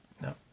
No